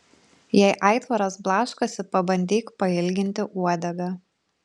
jei aitvaras blaškosi pabandyk pailginti uodegą